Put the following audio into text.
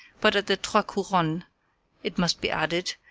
but at the trois couronnes, it must be added,